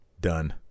Done